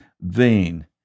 vain